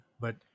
but-